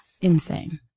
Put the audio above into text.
insane